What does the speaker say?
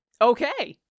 Okay